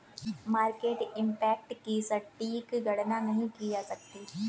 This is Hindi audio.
मार्केट इम्पैक्ट की सटीक गणना नहीं की जा सकती